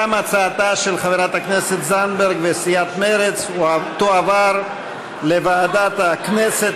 גם הצעתם של חברת הכנסת זנדברג וסיעת מרצ תועבר לוועדת הכנסת,